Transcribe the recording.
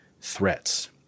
threats